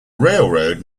railroad